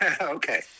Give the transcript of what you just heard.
Okay